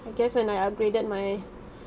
I guess when I upgraded my